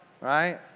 right